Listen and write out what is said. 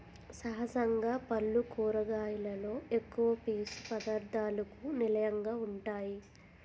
సహజంగా పల్లు కూరగాయలలో ఎక్కువ పీసు పధార్ధాలకు నిలయంగా వుంటాయి